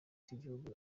cy’igihugu